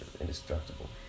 Indestructible